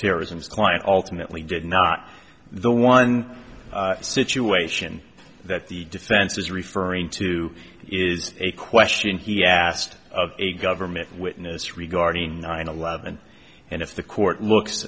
terrorism his client alternately did not the one situation that the defense is referring to is a question he asked of a government witness regarding nine eleven and if the court looks